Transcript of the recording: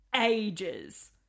ages